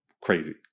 crazy